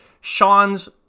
Sean's